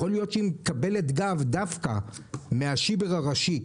יכול להיות שהיא מקבלת גב דווקא מהשיבר הראשי,